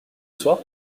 soir